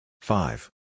Five